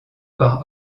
par